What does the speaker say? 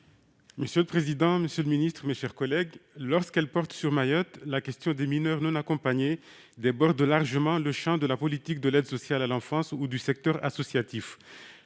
Mohamed Soilihi. Monsieur le secrétaire d'État, lorsqu'elle porte sur Mayotte, la question des mineurs non accompagnés déborde largement le champ de la politique de l'aide sociale à l'enfance ou du secteur associatif.